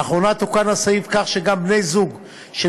לאחרונה תוקן הסעיף כך שגם בן-זוג של